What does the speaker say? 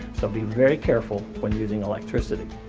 so be very careful when using electricity.